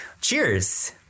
Cheers